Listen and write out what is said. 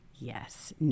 yes